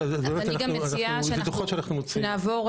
יש גם דוחות שאנחנו מוציאים --- אני מציעה שנעבור,